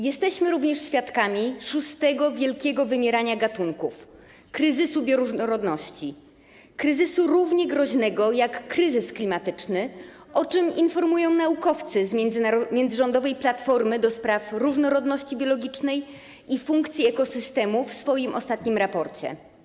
Jesteśmy również świadkami szóstego wielkiego wymierania gatunków - kryzysu bioróżnorodności, kryzysu równie groźnego jak kryzys klimatyczny, o czym informują naukowcy z Międzyrządowej Platformy ds. Różnorodności Biologicznej i Funkcji Ekosystemu w swoim ostatnim raporcie.